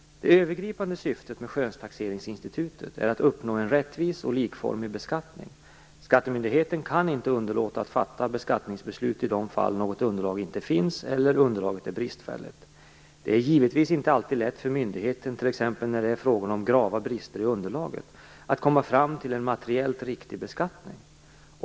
Det övergripande syftet med skönstaxeringsinstitutet är att uppnå en rättvis och likformig beskattning. Skattemyndigheten kan inte underlåta att fatta beskattningsbeslut i de fall något underlag inte finns eller underlaget är bristfälligt. Det är givetvis inte alltid lätt för myndigheten, t.ex. när det är fråga om grava brister i underlaget, att komma fram till en materiellt riktig beskattning.